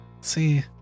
See